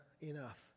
enough